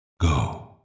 Go